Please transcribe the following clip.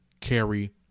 carry